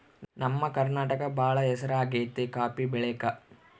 ನಮ್ಮ ಕರ್ನಾಟಕ ಬಾಳ ಹೆಸರಾಗೆತೆ ಕಾಪಿ ಬೆಳೆಕ